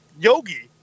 yogi